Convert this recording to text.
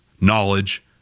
knowledge